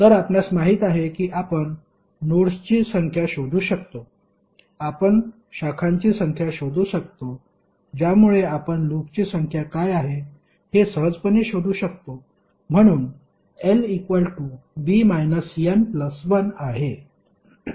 तर आपणास माहित आहे की आपण नोड्सची संख्या शोधू शकतो आपण शाखांची संख्या शोधू शकतो ज्यामुळे आपण लूप्सची संख्या काय आहे हे सहजपणे शोधू शकतो म्हणून l b n 1 आहे